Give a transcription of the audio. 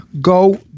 Go